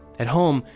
at home,